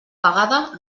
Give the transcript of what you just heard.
pagada